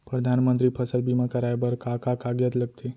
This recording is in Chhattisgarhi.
परधानमंतरी फसल बीमा कराये बर का का कागजात लगथे?